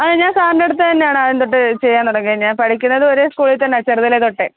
അതെ ഞാൻ സാറിൻറെ അടുത്ത് തന്നെ ആണ് ആദ്യം തൊട്ടേ ചെയ്യാൻ തുടങ്ങിയത് ഞാൻ പഠിക്കുന്നത് ഒരേ സ്കൂളിൽ തന്നെയാണ് ചെറുതിലേ തൊട്ടേ